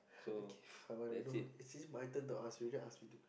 okay fine I don't know it's say my turn to ask you you just ask me the question